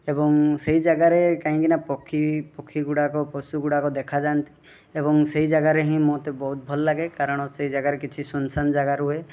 ଏବଂ ସେହି ଯାଗାରେ କାହିଁକିନା ପକ୍ଷୀ ପକ୍ଷୀ ଗୁଡ଼ାକ ପଶୁ ଗୁଡ଼ାକ ଦେଖାଯାଆନ୍ତି ଏବଂ ସେହି ଯାଗାରେ ହିଁ ମୋତେ ବହୁତ ଭଲ ଲାଗେ କାରଣ ସେହି ଯାଗା କିଛି ଶୂନ୍ଶାନ୍ ଯାଗା ରୁହେ